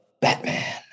Batman